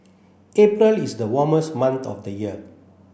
April is the warmest month of the year